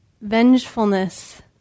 vengefulness